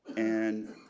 and